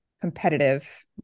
competitive